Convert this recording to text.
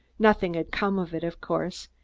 nothing had come of it, of course,